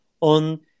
on